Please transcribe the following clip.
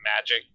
magic